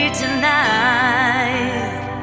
tonight